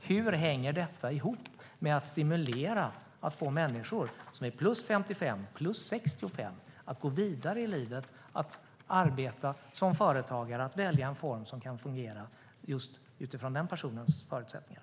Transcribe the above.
Hur hänger detta ihop med att stimulera människor som är 55-plus och 65-plus att gå vidare i livet och arbeta som företagare, det vill säga att välja en form som kan fungera utifrån just de egna förutsättningarna?